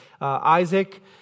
Isaac